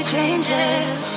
Changes